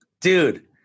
Dude